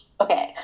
Okay